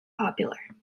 popular